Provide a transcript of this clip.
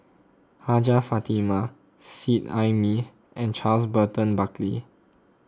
Hajjah Fatimah Seet Ai Mee and Charles Burton Buckley